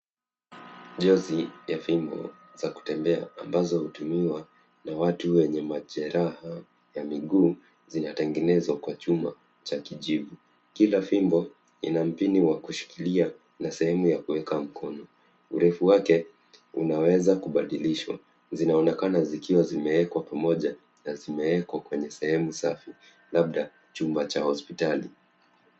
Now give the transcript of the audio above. Njozi ya fimbo za kutembea, ambazo hutumiwa na watu wenye majeraha ya miguu, zinatengenezwa kwa chuma cha kijivu. Kila fimbo, ina mpini wa kushikilia na sehemu ya kueka mkono. Urefu wake unaweza kubadilishwa. Zinaonekana zikiwa zimeekwa pamoja na zimeekwa kwenye sehemu safi, labda chumba cha hospitali.